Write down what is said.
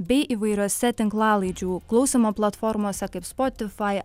bei įvairiose tinklalaidžių klausymo platformose kaip spotify